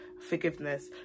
forgiveness